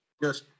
Yes